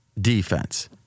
Defense